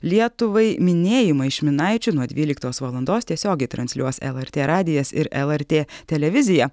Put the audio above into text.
lietuvai minėjimą iš minaičių nuo dvyliktos valandos tiesiogiai transliuos lrt radijas ir lrt televizija